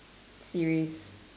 series